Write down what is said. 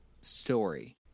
story